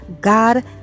God